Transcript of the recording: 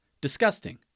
disgusting